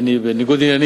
2009):